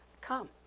Come